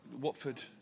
Watford